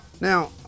Now